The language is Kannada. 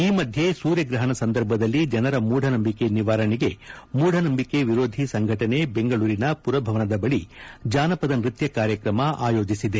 ಈ ಮಧ್ಯೆ ಸೂರ್ಯಗ್ರಪಣ ಸಂದರ್ಭದಲ್ಲಿ ಜನರ ಮೂಢನಂಬಿಕೆ ನಿವಾರಣೆಗೆ ಮೂಢನಂಬಿಕೆ ವಿರೋಧಿ ಸಂಘಟನೆ ಬೆಂಗಳೂರಿನ ಮರಭವನದ ಬಳಿ ಜಾನಪದ ನೃತ್ತ ಕಾರ್ಯಕ್ರಮ ಆಯೋಜಿಸಿದೆ